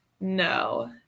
no